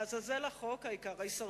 לעזאזל החוק, העיקר ההישרדות,